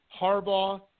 Harbaugh